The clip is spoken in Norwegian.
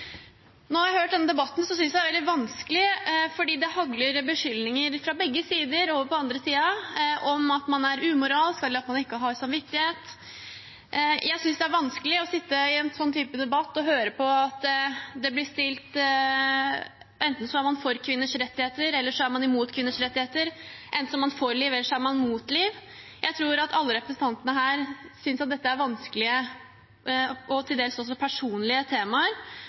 Når jeg har hørt denne debatten, synes jeg det er veldig vanskelig, fordi det hagler beskyldninger fra begge sider mot den andre siden om at man er umoralsk, eller at man ikke har samvittighet. Jeg synes det er vanskelig å sitte og høre på en sånn type debatt – der man enten er for kvinners rettigheter eller mot kvinners rettigheter, og der man enten er for liv eller mot liv. Jeg tror alle representantene her synes at dette er vanskelige og til dels også personlige temaer,